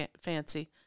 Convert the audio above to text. fancy